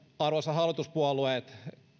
arvoisat hallituspuolueet hyvät